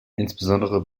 insbesondere